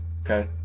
Okay